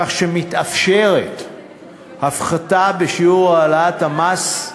כך שמתאפשרת הפחתה בשיעור העלאת המס,